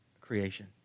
creation